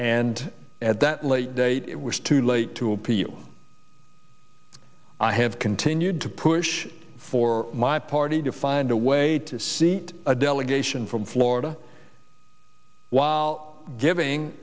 and at that late date it was too late to appeal i have continued to push for my party to find a way to seat a delegation from florida while giving